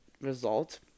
result